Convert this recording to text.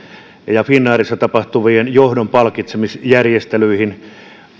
finnairissa tapahtuviin johdon palkitsemisjärjestelyihin